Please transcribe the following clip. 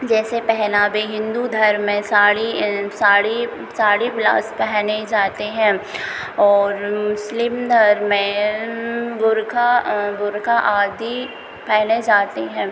जैसे पहनावे हिन्दू धर्म में साड़ी साड़ी साड़ी ब्लाउज़ पहने जाते हैं और मुस्लिम धर्म में बुर्ख़ा बुर्ख़ा आदि पहने जाते हैं